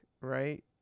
right